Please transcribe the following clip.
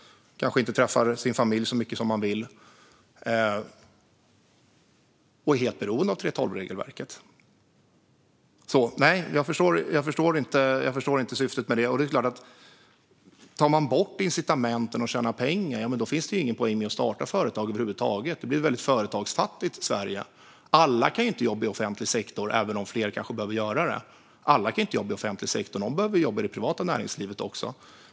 De kanske inte träffar sin familj så mycket som de vill. De är helt beroende av 3:12-regelverket. Nej, jag förstår inte syftet. Tar man bort incitamenten att tjäna pengar finns det ingen poäng att starta företag över huvud taget. Det blir väldigt företagsfattigt i Sverige. Alla kan inte jobba i offentlig sektor även om fler kanske behöver göra det. Alla kan inte jobba i offentlig sektor. Någon behöver jobba i det privata näringslivet också.